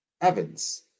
Evans